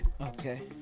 Okay